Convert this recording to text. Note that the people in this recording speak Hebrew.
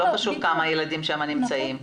לא חשוב כמה ילדים נמצאים שם,